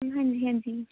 ਹਾਂਜੀ ਹਾਂਜੀ